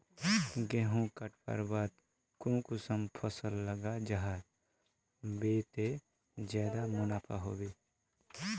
गेंहू कटवार बाद कुंसम फसल लगा जाहा बे ते ज्यादा मुनाफा होबे बे?